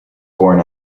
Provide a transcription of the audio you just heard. born